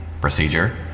procedure